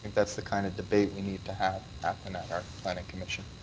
that's the kind of debate we need to have at and at our planning commission.